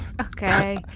Okay